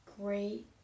great